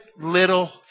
little